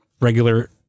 regular